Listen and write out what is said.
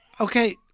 Okay